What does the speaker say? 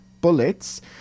Bullets